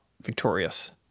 victorious